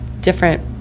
different